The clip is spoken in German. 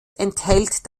enthält